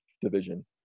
division